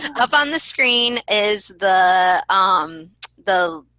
up on the screen is the um the